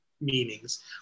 meanings